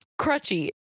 crutchy